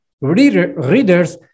readers